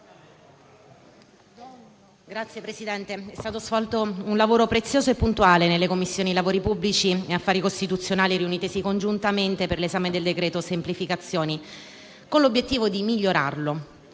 Signor Presidente, è stato svolto un lavoro prezioso e puntuale nelle Commissioni lavori pubblici e affari costituzionali riunite per l'esame del decreto semplificazioni, con l'obiettivo di migliorarlo.